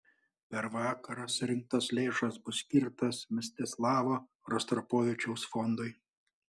per vakarą surinktos lėšos bus skirtos mstislavo rostropovičiaus fondui